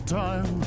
time